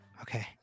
Okay